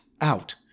out